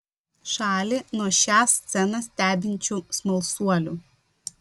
šalį nuo šią sceną stebinčių smalsuolių